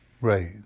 Right